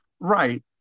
Right